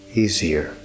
easier